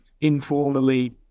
informally